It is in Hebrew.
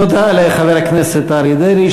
תודה לחבר הכנסת אריה דרעי,